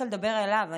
אליו.